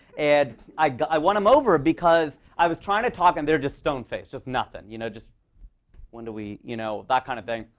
and i i won them over. because i was trying to talk and they're just stone-faced, just nothing. you know just when do we you know that kind of thing.